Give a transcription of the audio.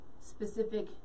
Specific